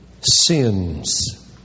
sins